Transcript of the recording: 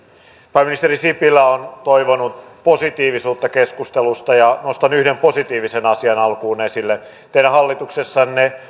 pääministeri sipilä on toivonut positiivisuutta keskustelussa ja nostan yhden positiivisen asian alkuun esille teidän hallituksessanne